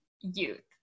youth